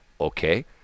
Okay